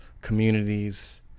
communities